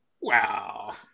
Wow